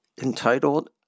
entitled